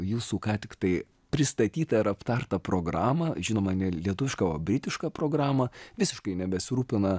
jūsų ką tik tai pristatytą ar aptartą programą žinoma ne lietuvišką o britišką programą visiškai nebesirūpina